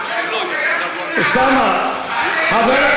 אני מבקש ממך, אלעזר,